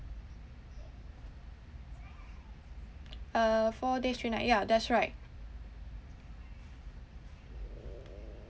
uh four days three night yeah that's right